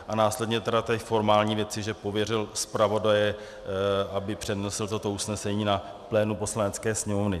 A následně tedy formální věci, že pověřil zpravodaje, aby přednesl toto usnesení na plénu Poslanecké sněmovny.